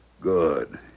Good